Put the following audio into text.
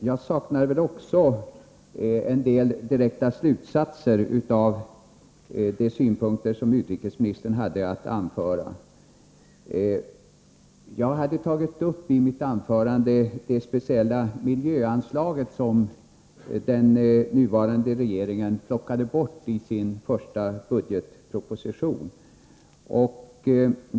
Jag saknar väl också en del direkta slutsatser av de synpunkter som utrikesministern hade att anföra. Jag hade i mitt anförande tagit upp det speciella miljöanslaget som den nuvarande regeringen tog bort i sin första budgetproposition.